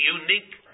unique